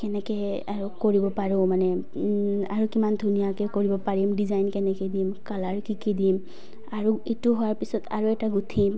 কেনেকৈ আৰু কৰিব পাৰোঁ মানে আৰু কিমান ধুনীয়াকৈ কৰিব পাৰিম ডিজাইন কেনেকৈ দিম কালাৰ কি কি দিম আৰু ইটো হোৱাৰ পিছত আৰু এটা গুঠিম